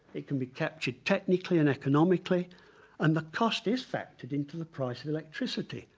it can be captured technically and economically and the cost is factored into the price of electricity.